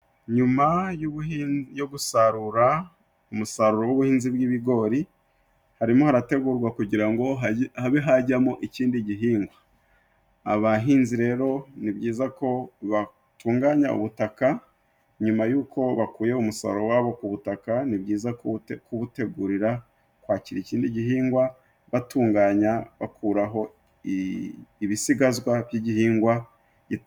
Nyuma yo gusarura umusaruro w'ubuhinzi bw'ibigori, harimo harategurwa kugira ngo habe hajyamo ikindi gihingwa. Abahinzi rero ni byiza ko batunganya ubutaka, nyuma yuko bakuye umusaruro wabo ku butaka, ni byiza kuwutegurira kwakira ikindi gihingwa, batunganya bakuraho ibisigazwa by'igihingwa gi...